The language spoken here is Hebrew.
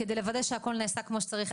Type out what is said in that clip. כדי לוודא שהכל נעשה כפי שצריך.